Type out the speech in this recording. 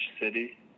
city